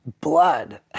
blood